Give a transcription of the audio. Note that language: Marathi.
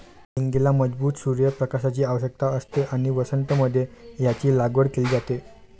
हींगेला मजबूत सूर्य प्रकाशाची आवश्यकता असते आणि वसंत मध्ये याची लागवड केली जाते